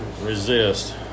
resist